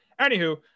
anywho